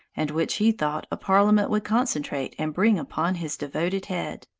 and which he thought a parliament would concentrate and bring upon his devoted head.